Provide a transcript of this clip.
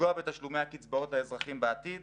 לפגוע בתשלומי הקצבאות לאזרחים בעתיד,